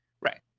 Right